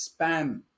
spam